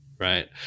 right